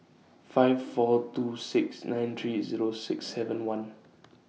five four two six nine three Zero six seven one